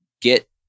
get